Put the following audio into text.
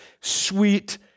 sweet